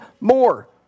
more